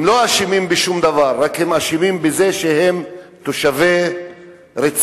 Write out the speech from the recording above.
הם לא אשמים בשום דבר אלא רק בזה שהם תושבי רצועת-עזה.